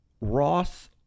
Ross